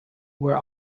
were